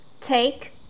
Take